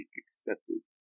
accepted